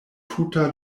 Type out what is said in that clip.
tuta